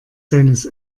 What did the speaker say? seines